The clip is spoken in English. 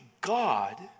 God